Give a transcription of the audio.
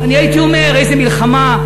אני הייתי אומר איזו מלחמה,